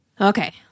Okay